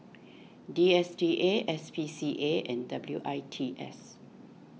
D S T A S P C A and W I T S